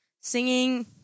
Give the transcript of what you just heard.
singing